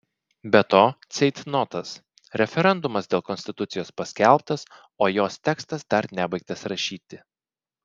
be to ceitnotas referendumas dėl konstitucijos paskelbtas o jos tekstas dar nebaigtas rašyti